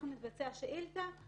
אנחנו נבצע שאילתה,